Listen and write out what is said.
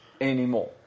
anymore